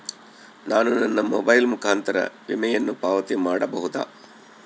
ನಾನು ನನ್ನ ಮೊಬೈಲ್ ಮುಖಾಂತರ ವಿಮೆಯನ್ನು ಪಾವತಿ ಮಾಡಬಹುದಾ?